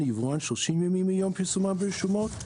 או יבואן 30 ימים מיום פרסומן ברשומות,